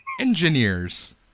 Engineers